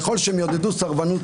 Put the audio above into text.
ככל שהם יעודדו סרבנות,